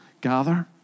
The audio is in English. gather